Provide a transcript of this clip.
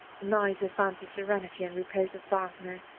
neither found the serenity and repose of wagner,